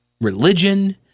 religion